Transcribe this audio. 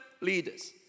leaders